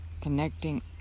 connecting